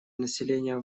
населения